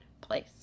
place